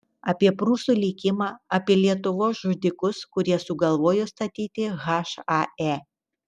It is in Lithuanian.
apie prūsų likimą apie lietuvos žudikus kurie sugalvojo statyti hae